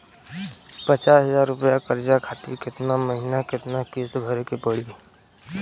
पचास हज़ार रुपया कर्जा खातिर केतना महीना केतना किश्ती भरे के पड़ी?